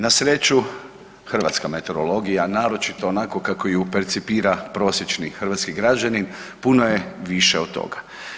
Na sreću, hrvatska meteorologija naročito onako kako ju percipira prosječni hrvatski građanin, puno je više od toga.